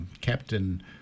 Captain